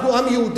אנחנו עם יהודי.